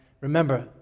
Remember